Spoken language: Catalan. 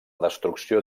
destrucció